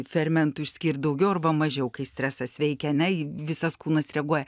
fermentų išskirt daugiau arba mažiau kai stresas veikia ane į visas kūnas reaguoja